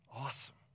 awesome